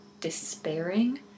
despairing